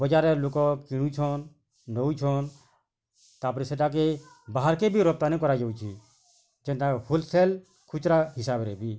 ବଜାର୍ର ଲୁକ କିଣୁଛନ୍ ନଉଛନ୍ ତା ପରେ ସେଇଟା କେ ବାହାର୍ କେ ବି ରପ୍ତାନି କରାଯାଉଛି ଯେନ୍ତା ହୋଲସେଲ୍ ଖୁଚୁରା ହିସାବରେ ବି